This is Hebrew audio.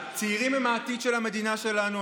הצעירים הם העתיד של המדינה שלנו.